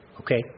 okay